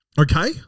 okay